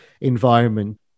environment